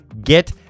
get